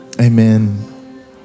Amen